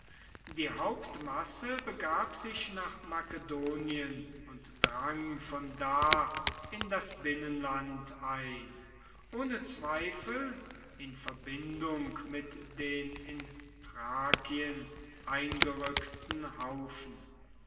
die hauptmasse begab sich nach makedonien und drang von da in das binnenland ein ohne zweifel in verbindung mit den in thrakien eingerückten haufen